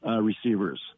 receivers